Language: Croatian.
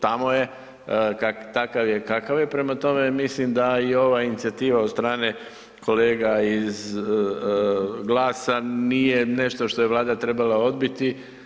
Tamo je, takav je kakav je, prema tome, mislim da i ova inicijativa od strane kolega iz GLAS-a nije nešto što je Vlada trebala odbiti.